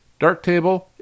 Darktable